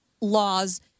laws